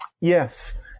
Yes